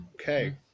Okay